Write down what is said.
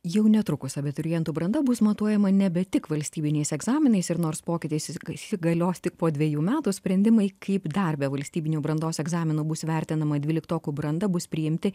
jau netrukus abiturientų branda bus matuojama nebe tik valstybiniais egzaminais ir nors pokytis įsigalios tik po dvejų metų sprendimai kaip dar be valstybinių brandos egzaminų bus vertinama dvyliktokų branda bus priimti